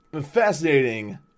fascinating